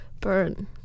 Burn